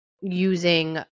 using